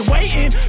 Waiting